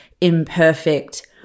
imperfect